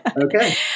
Okay